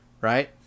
Right